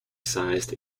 sized